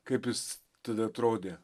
kaip jis tada atrodė